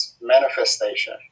manifestation